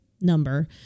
number